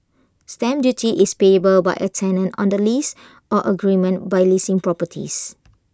stamp duty is payable by A tenant on the lease or agreement by leasing properties